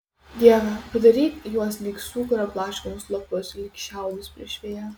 dieve padaryk juos lyg sūkurio blaškomus lapus lyg šiaudus prieš vėją